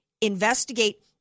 investigate